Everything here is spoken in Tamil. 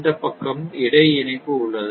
இந்த பக்கம் இடை இணைப்பு உள்ளது